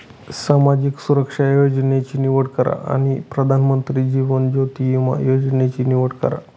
सामाजिक सुरक्षा योजनांची निवड करा आणि प्रधानमंत्री जीवन ज्योति विमा योजनेची निवड करा